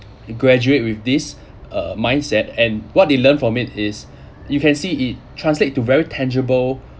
graduate with this uh mindset and what they learn from it is you can see it translate to very tangible